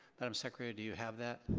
madame secretary, do you have that?